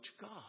God